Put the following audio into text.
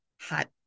hot